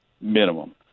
minimum